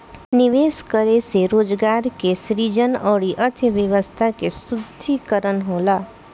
निवेश करे से रोजगार के सृजन अउरी अर्थव्यस्था के सुदृढ़ीकरन होला